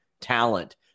talent